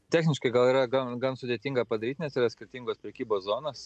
techniškai gal yra gan gan sudėtinga padaryt nes yra skirtingos prekybos zonos